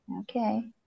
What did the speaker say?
Okay